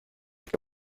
que